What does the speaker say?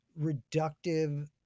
reductive